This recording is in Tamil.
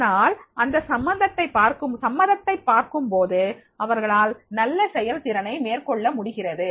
அதனால் இந்த சம்மதத்தை பார்க்கும் போது அவர்களால் நல்ல செயல் திறனை மேற்கொள்ள முடிகிறது